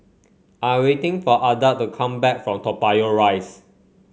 I am waiting for Adda to come back from Toa Payoh Rise